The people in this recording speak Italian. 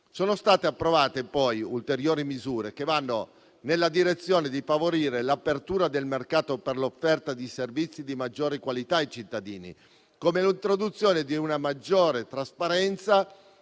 Sono state poi approvate ulteriori misure che vanno nella direzione di favorire l'apertura del mercato per l'offerta di servizi di maggiore qualità ai cittadini, come l'introduzione di una maggiore trasparenza